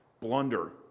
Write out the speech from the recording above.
blunder